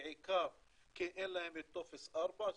בעיקר כי אין להם טופס 4,